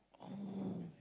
oh